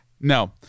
No